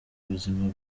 buzima